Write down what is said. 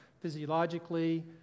Physiologically